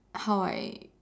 how I